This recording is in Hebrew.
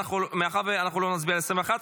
מאחר שאנחנו לא נצביע על 21,